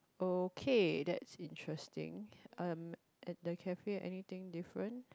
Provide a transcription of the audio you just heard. okay that's interesting um the cafe anything different